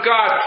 God